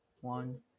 one